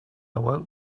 awoke